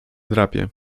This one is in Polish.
drapie